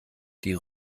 die